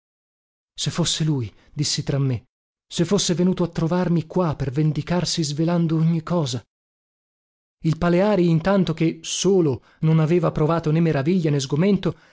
se fosse lui dissi tra me se fosse venuto a trovarmi qua per vendicarsi svelando ogni cosa il paleari intanto che solo non aveva provato né meraviglia né sgomento